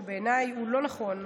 שבעיניי הם לא נכונים,